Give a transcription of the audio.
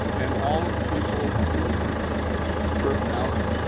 and all of the people who were turfed out,